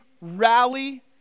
rally